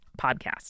podcast